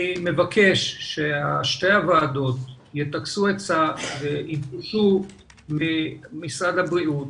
אני מבקש ששתי הוועדות יטכסו עצה ויבקשו ממשרד הבריאות,